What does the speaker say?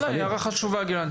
הערה חשובה, גלעד.